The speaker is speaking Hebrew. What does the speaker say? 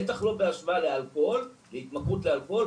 בטח לא בהשוואה להתמכרות לאלכוהול.